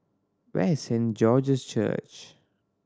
where is Saint George's Church